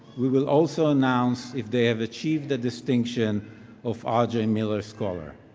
we will also announce if they have achieved the distinction of arjay miller scholar.